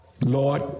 Lord